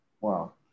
Wow